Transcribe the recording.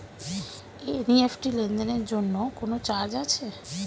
NEFT লেনদেনের জন্য কোন চার্জ আছে?